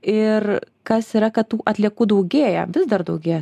ir kas yra kad tų atliekų daugėja vis dar daugėja